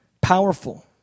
Powerful